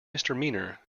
misdemeanor